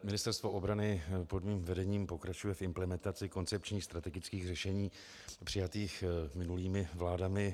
Ministerstvo obrany pod mým vedením pokračuje v implementaci koncepčních strategických řešení přijatých minulými vládami.